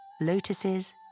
Lotuses